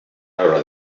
arbre